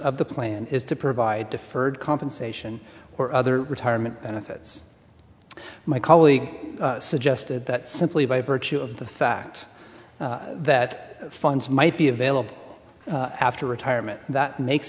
of the plan is to provide deferred compensation or other retirement benefits my colleague suggested that simply by virtue of the fact that funds might be available after retirement that makes